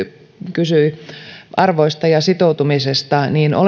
kysyi arvoista ja sitoutumisesta niin olennaistahan